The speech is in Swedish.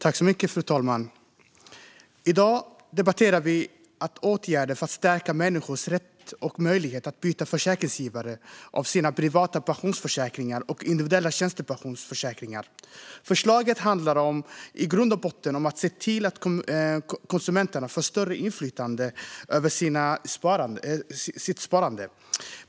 Fru talman! I dag debatterar vi åtgärder för att stärka människors rätt och möjlighet att byta försäkringsgivare av sina privata pensionsförsäkringar och individuella tjänstepensionsförsäkringar. Förslaget handlar i grund och botten om att se till att konsumenterna får större inflytande över sitt sparande.